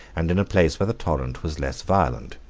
and in a place where the torrent was less violent.